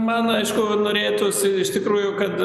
man aišku norėtųsi iš tikrųjų kad